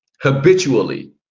Habitually